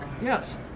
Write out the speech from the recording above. Yes